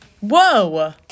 Whoa